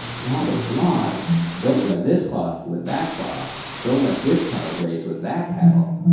and all those laws don't wear this cloth with that cloth! don't let this cattle graze with that cattle!